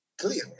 clearly